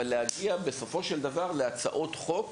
אבל להגיע בסופו של דבר להצעות חוק,